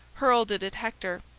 hurled it at hector.